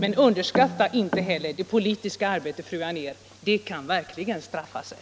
Men underskatta inte heller det politiska arbetet, fru Anér! Det kan straffa sig.